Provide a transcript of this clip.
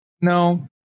No